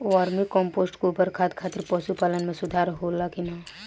Vermi compost गोबर खाद खातिर पशु पालन में सुधार होला कि न?